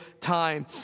time